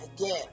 again